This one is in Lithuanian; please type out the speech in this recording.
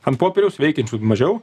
ant popieriaus veikiančių mažiau